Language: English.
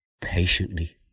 patiently